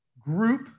group